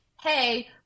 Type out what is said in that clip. hey